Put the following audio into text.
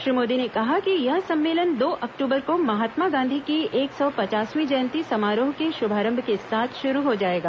श्री मोदी ने कहा कि यह सम्मेलन दो अक्टूबर को महात्मा गांधी की एक सौ पचासवीं जयंती समारोह के शुभारंभ के साथ शुरू हो जाएगा